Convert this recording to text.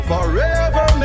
Forever